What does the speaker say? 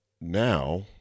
now